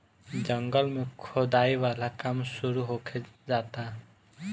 जंगल में खोदाई वाला काम शुरू होखे जाता